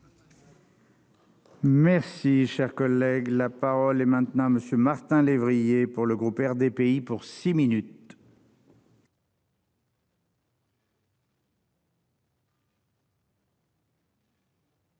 Merci, cher collègue, la parole est maintenant à monsieur Martin lévrier pour le groupe RDPI pour 6 minutes.